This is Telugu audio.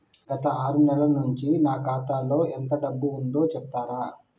గత ఆరు నెలల నుంచి నా ఖాతా లో ఎంత డబ్బు ఉందో చెప్తరా?